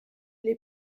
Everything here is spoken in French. est